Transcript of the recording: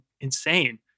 insane